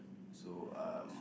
so um